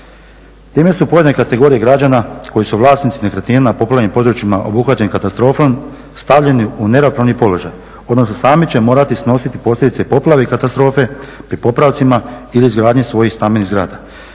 Time su pojedine kategorije građana koji su vlasnici nekretnina na poplavljenim područjima obuhvaćeni katastrofom stavljeni u neravnopravni položaj, odnosno sami će morati snositi posljedice poplave i katastrofe pri popravcima ili izgradnji svojih stambenih zgrada.